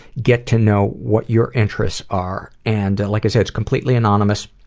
get to know what your interests are, and like i said, completely anonymous,